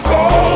Say